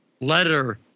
letter